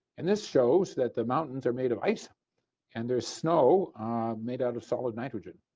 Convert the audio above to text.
and this shows that the mountains are made of ice and there's snow made out of solid nitrogen.